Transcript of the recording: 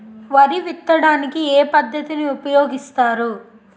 వరి విత్తడానికి ఏ పద్ధతిని ఉపయోగిస్తారు?